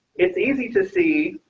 it's easy to see.